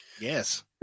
Yes